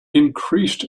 increased